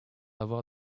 avoir